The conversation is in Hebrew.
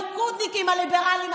אני מצפה מכל הליכודניקים הליברלים,